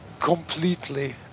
completely